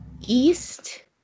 East